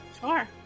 Sure